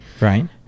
Right